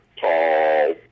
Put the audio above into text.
tall